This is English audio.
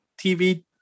TV